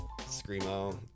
screamo